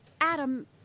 Adam